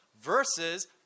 versus